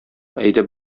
әйдәп